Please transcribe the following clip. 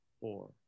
four